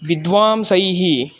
विध्वांसैः